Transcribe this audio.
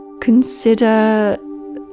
consider